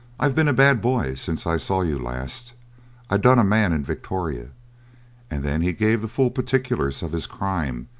i've been a bad boy since i saw you last i done a man in victoria and then he gave the full particulars of his crime,